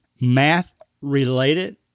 math-related